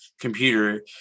computer